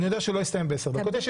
יודע שלא יסתיים בעשר דקות.